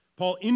Paul